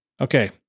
Okay